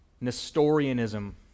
Nestorianism